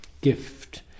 gift